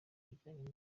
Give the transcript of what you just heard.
bijyanye